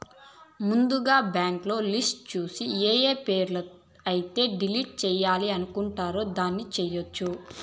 ముందుగా బ్యాంకులో లిస్టు చూసి ఏఏ పేరు అయితే డిలీట్ చేయాలి అనుకుంటారు దాన్ని చేయొచ్చు